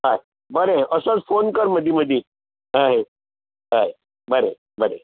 हय बरें असोच फोन कर मदीं मदीं हय हय बरें बरें